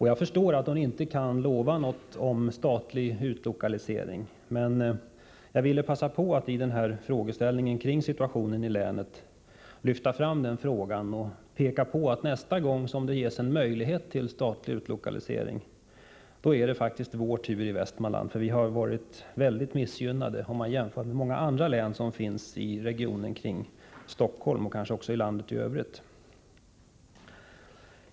Jag förstår att hon inte kan lova någonting om statlig utlokalisering, men jag ville passa på att vid frågeställningen kring situationen i länet lyfta fram den frågan och påminna om att nästa gång som det ges en möjlighet till statlig utlokalisering är det faktiskt vår tur i Västmanland. Vi har varit kraftigt missgynnade, om man jämför med många andra län i regionen kring Stockholm, och kanske också i landet i övrigt.